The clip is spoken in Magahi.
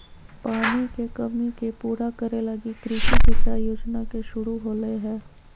पानी के कमी के पूरा करे लगी कृषि सिंचाई योजना के शुरू होलय हइ